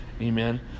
Amen